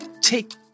take